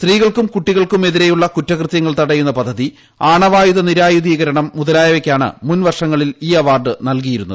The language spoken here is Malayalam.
സ്ത്രീകൾക്കും കുട്ടികൾക്കും എതിരെയുള്ള കുറ്റകൃതൃങ്ങൾ തടയുന്ന പദ്ധതി ആണവായുധ നിരായുധീകരണം മുതലായവയ്ക്കാണ് മുൻ വർഷത്തിൽ ഈ അവാർഡ് നൽകിയിരുന്നത്